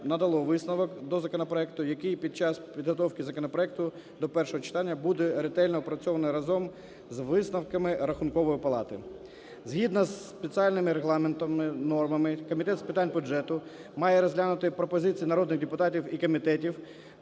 надало висновок до законопроекту, який під час підготовки законопроекту до першого читання буде ретельно опрацьований разом з висновками Рахункової палати. Згідно з спеціальними регламентними нормами, Комітет з питань бюджету має розглянути пропозиції народних депутатів і комітетів